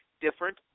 different